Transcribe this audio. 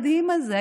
המדהים הזה,